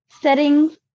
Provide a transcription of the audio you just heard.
Settings